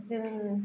जोङो